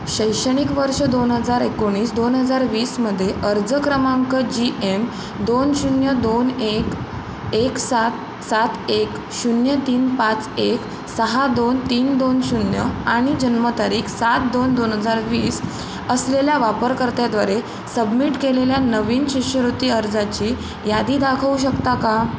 शैक्षणिक वर्ष दोन हजार एकोणीस दोन हजार वीसमध्ये अर्ज क्रमांक जी एम दोन शून्य दोन एक एक सात सात एक शून्य तीन पाच एक सहा दोन तीन दोन शून्य आणि जन्मतारीख सात दोन दोन हजार वीस असलेल्या वापरकर्त्याद्वारे सबमिट केलेल्या नवीन शिष्यवृत्ती अर्जाची यादी दाखवू शकता का